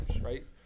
right